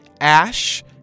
ash